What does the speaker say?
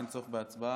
אין צורך בהצבעה.